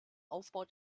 aufbau